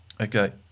Okay